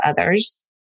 others